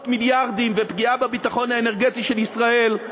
מיליארדים ופגיעה בביטחון האנרגטי של ישראל.